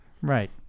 Right